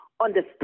understand